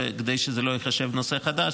וכדי שזה לא ייחשב נושא חדש,